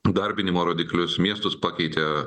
įdarbinimo rodiklius miestus pakeitė